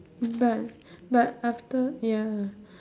but but after ya